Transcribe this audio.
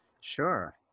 Sure